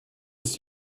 ist